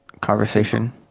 conversation